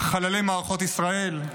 חללי מערכות ישראל.